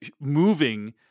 moving